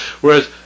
whereas